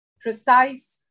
precise